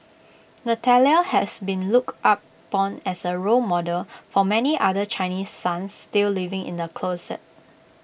Natalia has been looked upon as A role model for many other Chinese sons still living in the closet